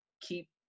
keep